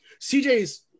CJ's